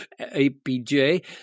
APJ